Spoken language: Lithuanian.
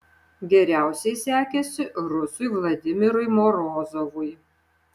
geriausiai sekėsi rusui vladimirui morozovui